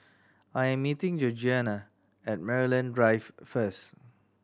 I'm meeting Georgianna at Maryland Drive first